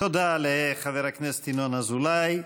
תודה לחבר הכנסת ינון אזולאי.